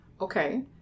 okay